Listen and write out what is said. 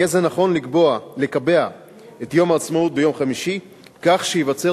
יהיה זה נכון לקבע את יום העצמאות ביום חמישי כך שייווצר